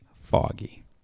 foggy